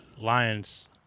Lions